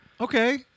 Okay